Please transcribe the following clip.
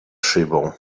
szybą